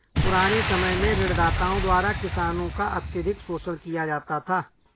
पुराने समय में ऋणदाताओं द्वारा किसानों का अत्यधिक शोषण किया जाता था